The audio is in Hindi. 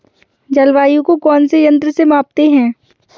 जलवायु को कौन से यंत्र से मापते हैं?